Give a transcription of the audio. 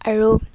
আৰু